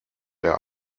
der